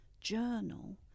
journal